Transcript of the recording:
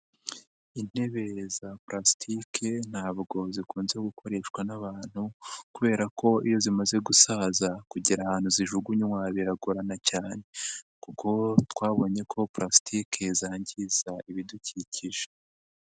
Intebe za pulasitike ntabwo zikunze gukoreshwa n'abantu, kubera ko iyo zimaze gusaza kugera ahantu zijugunywa biragorana cyane kuko twabonye ko pulasitike zangiza ibidukikije.